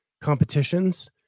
competitions